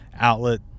outlet